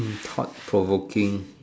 thought provoking